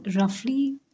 roughly